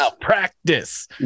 practice